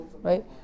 Right